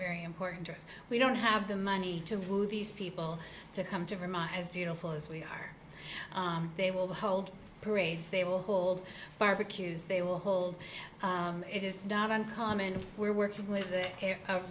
very important to us we don't have the money to these people to come to vermont as beautiful as we are they will hold parades they will hold barbecues they will hold it is not uncommon we're working with